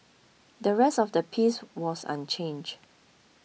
the rest of the piece was unchanged